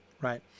Right